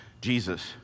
Jesus